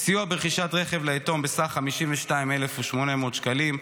סיוע ברכישת רכב ליתום על סך 52,800 שקלים,